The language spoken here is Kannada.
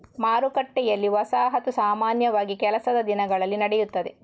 ಮಾರುಕಟ್ಟೆಯಲ್ಲಿ, ವಸಾಹತು ಸಾಮಾನ್ಯವಾಗಿ ಕೆಲಸದ ದಿನಗಳಲ್ಲಿ ನಡೆಯುತ್ತದೆ